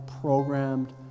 programmed